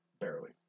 Barely